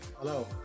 Hello